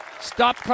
Stop